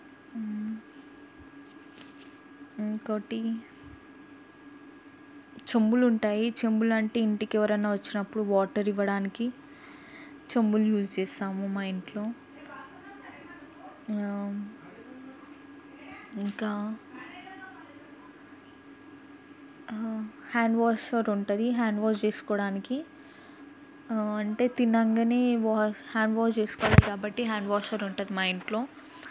ఇంకోటి చెంబులు ఉంటాయి చెంబులు అంటే ఇంటికి ఎవరైనా వచ్చినప్పుడు వాటర్ ఇవ్వడానికి చెంబులు యూజ్ చేస్తాము మా ఇంట్లో ఇంకా హ్యాండ్ వాషర్ ఉంటుంది హ్యాండ్ వాష్ చేసుకోవడానికి అంటే తినగానే వాష్ హ్యాండ్ వాష్ చేసుకోవాలి కాబట్టి హ్యాండ్ వాషర్ ఉంటుంది మా ఇంట్లో